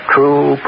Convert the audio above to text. True